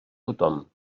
tothom